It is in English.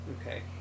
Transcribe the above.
Okay